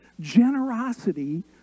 Generosity